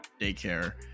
Daycare